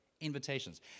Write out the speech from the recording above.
invitations